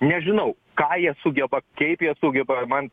nežinau ką jie sugeba kaip jie sugeba man